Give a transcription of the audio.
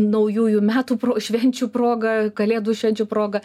naujųjų metų švenčių proga kalėdų švenčių proga